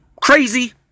crazy